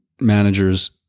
managers